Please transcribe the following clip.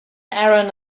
aaron